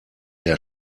der